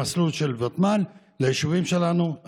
במסלול של ותמ"ל ליישובים שלנו,